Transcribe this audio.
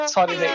Sorry